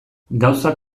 gauzak